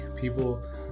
People